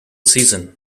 season